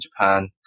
Japan